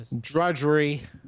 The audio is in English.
drudgery